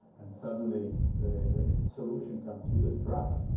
and suddenly the solution comes with a drug,